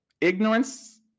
ignorance